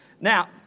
Now